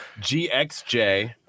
GXJ